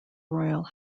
royal